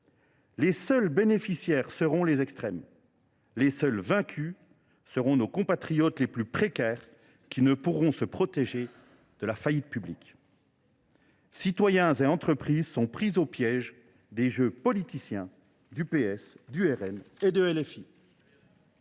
Les seuls bénéficiaires seront les extrêmes. Les seuls vaincus seront nos compatriotes les plus précaires, qui ne pourront pas se protéger de la faillite publique. Citoyens et entreprises sont pris au piège des jeux politiciens du PS, du RN et de LFI.